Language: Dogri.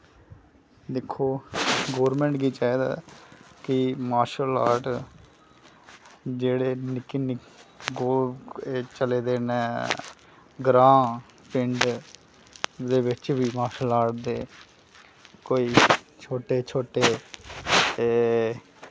दिक्खो गोरमैंट गी चाहिदा ऐ कि मार्शल आर्ट जेह्ड़े निक्के निक ओह् एह् चले दे नै ग्रां पिंड दे विच वी मार्शल आर्ट दे कोई छोटे छोटे एह्